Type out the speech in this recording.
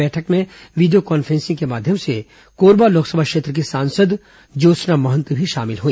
बैठक में video conferencing के माध्यम से कोरबा लोकसभा क्षेत्र की सांसद ज्योत्सना महंत भी शामिल हुई